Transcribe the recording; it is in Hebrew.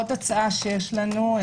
עוד הצעה שיש לנו,